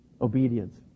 Obedience